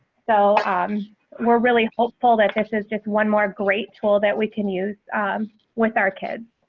so ah um we're really hopeful that this is just one more great tool that we can use with our kids.